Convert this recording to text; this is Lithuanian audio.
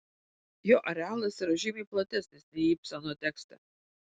jo arealas yra žymiai platesnis nei ibseno tekste